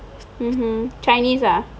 chinese ah